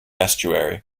estuary